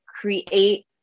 create